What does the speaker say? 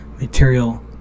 material